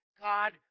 God